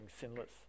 sinless